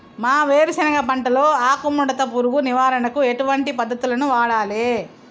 మా వేరుశెనగ పంటలో ఆకుముడత పురుగు నివారణకు ఎటువంటి పద్దతులను వాడాలే?